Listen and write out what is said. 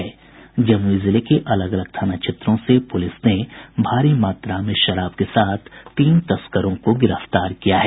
जमुई जिले के अलग अलग थाना क्षेत्रों से पुलिस ने भारी मात्रा में विदेशी शराब के साथ तीन तस्करों को गिरफ्तार किया है